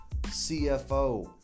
CFO